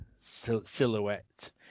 silhouette